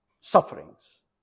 sufferings